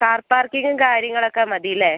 car പാർക്കിംഗും കാര്യങ്ങളൊക്കെ മതി അല്ലേ